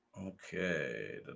Okay